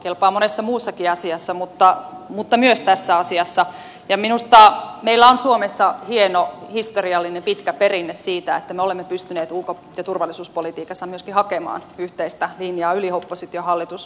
kelpaa monessa muussakin asiassa mutta myös tässä asiassa ja minusta meillä on suomessa hieno historiallinen pitkä perinne siitä että me olemme pystyneet ulko ja turvallisuuspolitiikassa myöskin hakemaan yhteistä linjaa yli oppositio ja hallitusrajojen